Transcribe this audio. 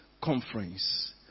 conference